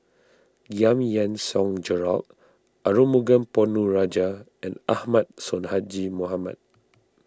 Giam Yean Song Gerald Arumugam Ponnu Rajah and Ahmad Sonhadji Mohamad